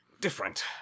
different